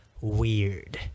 weird